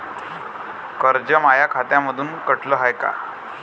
कर्ज माया खात्यामंधून कटलं हाय का?